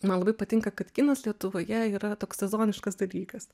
man labai patinka kad kinas lietuvoje yra toks sezoniškas dalykas